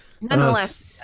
Nonetheless